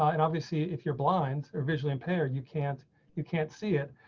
and obviously if you're blind or visually impaired, you can't you can't see it.